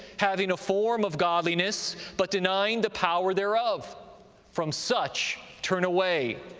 having a form of godliness, but denying the power thereof from such turn away.